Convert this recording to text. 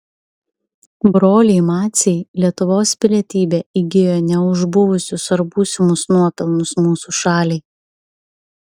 broliai maciai lietuvos pilietybę įgijo ne už buvusius ar būsimus nuopelnus mūsų šaliai